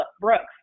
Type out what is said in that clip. brooks